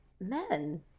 Men